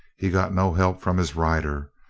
he got no help from his rider.